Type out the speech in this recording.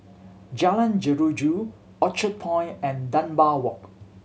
Jalan Jeruju Orchard Point and Dunbar Walk